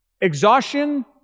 Exhaustion